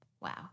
Wow